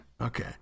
Okay